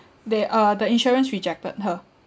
they uh the insurance rejected her